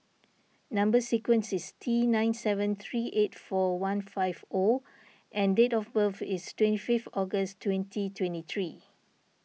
Number Sequence is T nine seven three eight four one five O and date of birth is twenty fifth August twenty twenty three